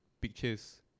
pictures